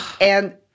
And-